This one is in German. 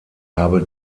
habe